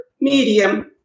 medium